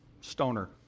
stoner